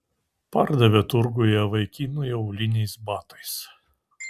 pardavė turguje vaikinui auliniais batais